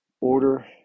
order